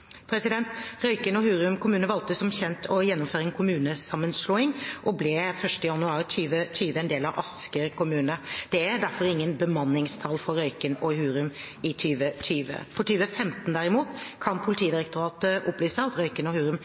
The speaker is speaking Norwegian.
Røyken og Hurum kommune valgte som kjent å gjennomføre en kommunesammenslåing og ble 1. januar 2020 en del av Asker kommune. Det er derfor ingen bemanningskrav for Røyken og Hurum for 2020. For 2015, derimot, kan Politidirektoratet opplyse at Røyken og Hurum